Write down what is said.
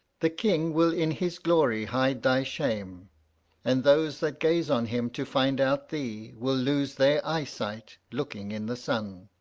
the king will in his glory hide thy shame and those that gaze on him to find out thee, will lose their eye-sight, looking in the sun.